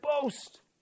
boast